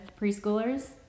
preschoolers